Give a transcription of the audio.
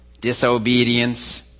Disobedience